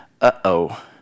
uh-oh